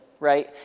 right